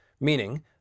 meaning